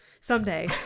someday